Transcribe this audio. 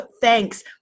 thanks